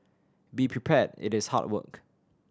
be prepared it is hard work